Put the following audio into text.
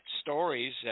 stories